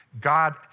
God